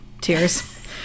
tears